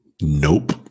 Nope